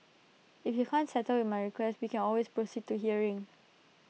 if you can't settle with my request we can always proceed to hearing